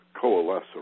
coalesce